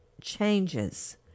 changes